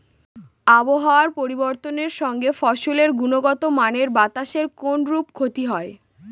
আবহাওয়ার পরিবর্তনের সঙ্গে ফসলের গুণগতমানের বাতাসের কোনরূপ ক্ষতি হয়?